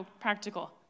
practical